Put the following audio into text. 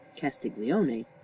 Castiglione